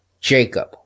Jacob